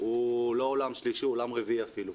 הוא לא עולם שלישי, הוא עולם רביעי אפילו.